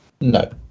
No